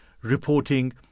Reporting